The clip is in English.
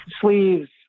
sleeves